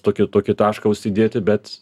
tokį tokį tašką užsidėti bet